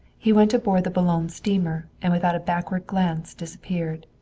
he went aboard the boulogne steamer, and without a backward glance disappeared.